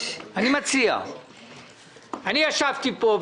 אני ישבתי פה,